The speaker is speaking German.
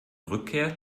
rückkehr